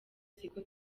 siko